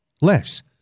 Less